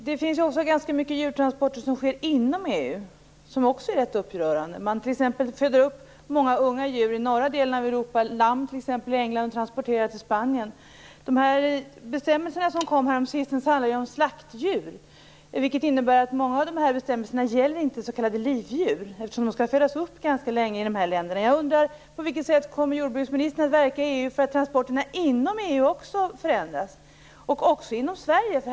Fru talman! Också ganska många djurtransporter som utförs inom EU är rätt upprörande. Man föder t.ex. upp många unga djur i norra delen av Europa, bl.a. i England, och transporterar dem till Spanien. De bestämmelser som utfärdades häromsistens handlar ju om slaktdjur, vilket innebär att många bestämmelser inte gäller för s.k. livdjur, som skall födas upp ganska länge i de berörda länderna. EU förändras. Det gäller också transporter inom Sverige.